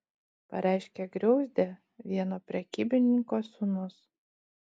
pareiškė griauzdė vieno prekybininko sūnus